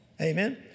Amen